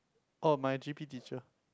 oh my g_p teacher